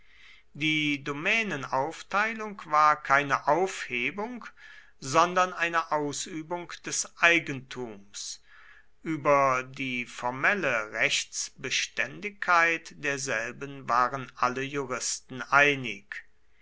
die domänenaufteilung war keine aufhebung sondern eine ausübung des eigentums über die formelle rechtsbeständigkeit derselben waren alle juristen einig